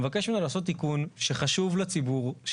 ומבקש ממנו לעשות תיקון שחשוב לציבור,